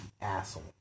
asshole